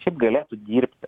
šiaip galėtų dirbti